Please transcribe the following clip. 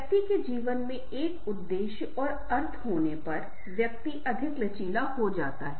व्यक्ति के जीवन में एक उद्देश्य और अर्थ होने पर व्यक्ति अधिक लचीला हो सकता है